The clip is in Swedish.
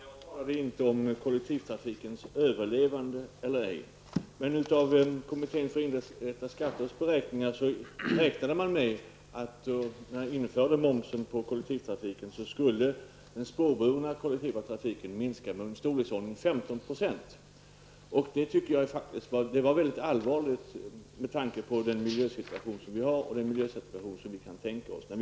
Herr talman! Jag talar inte om kollektivtrafikens överlevnad eller inte. Men enligt beräkningar av kommittén för indirekta skatter räknade man med att den spårbundna kollektivtrafiken skulle minska med ungefär 15 % vid införande av moms på kollektivtrafik. Detta var mycket allvarligt med tanke på vår miljösituation och den miljösituation som kan tänkas framdeles.